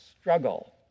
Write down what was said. struggle